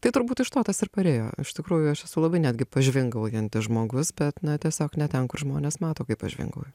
tai turbūt iš to tas ir parėjo iš tikrųjų aš esu labai netgi pažvingaujantis žmogus bet na tiesiog ne ten kur žmonės mato kaip aš žvingauju